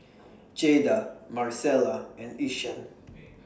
Jaeda Maricela and Ishaan